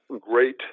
great